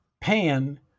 pan